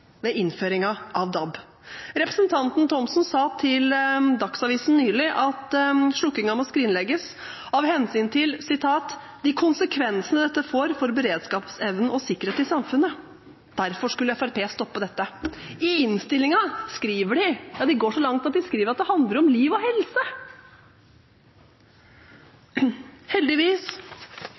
ved innføringen av DAB. Representanten Thomsen sa til Dagsavisen nylig av slokkingen må skrinlegges av hensyn til de konsekvensene dette får for beredskapsevnen og sikkerheten i samfunnet. Derfor skulle Fremskrittspartiet stoppe dette. I innstillingen går de så langt at de skriver at det handler om liv og helse. Heldigvis